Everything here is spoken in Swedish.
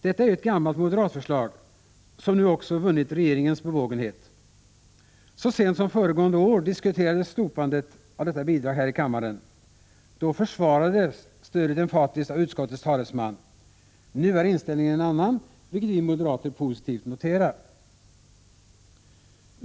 Detta är ju ett gammalt moderatförslag, som nu också vunnit regeringens bevågenhet. Så sent som föregående år diskuterades slopandet av detta bidrag här i kammaren. Då försvarades stödet emfatiskt av utskottets talesman. Nu är inställningen en annan, vilket vi moderater positivt noterar.